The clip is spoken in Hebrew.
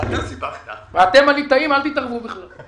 אני ממש מצטער ועצוב לי על כך